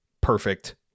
perfect